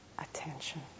attention